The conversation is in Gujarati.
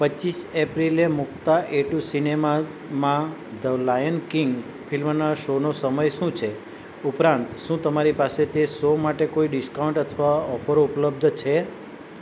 પચીસ એપ્રિલે મુક્તા એટુ સિનેમાઝમાં ધ લાયન કિંગ ફિલ્મના શોનો સમય શું છે ઉપરાંત શું તમારી પાસે તે સો માટે કોઈ ડિસ્કાઉન્ટ અથવા ઓફરો ઉપલબ્ધ છે